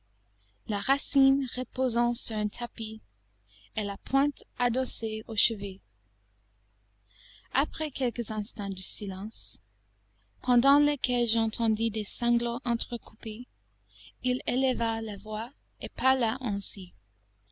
la racine reposant sur un tapis et la pointe adossée au chevet après quelques instants de silence pendant lesquels j'entendis des sanglots entrecoupés il éleva la voix et parla ainsi